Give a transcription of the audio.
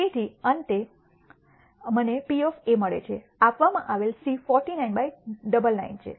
તેથી અંતે મને P મળે છે આપવામાં આવેલ C 49 બાય 99 છે